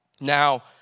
Now